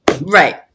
Right